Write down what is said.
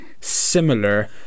similar